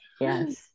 Yes